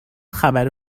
خبر